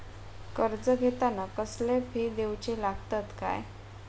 कर्ज घेताना कसले फी दिऊचे लागतत काय?